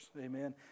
amen